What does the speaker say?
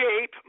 shape